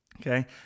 Okay